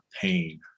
pain